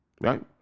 Right